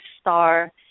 star